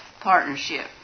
partnership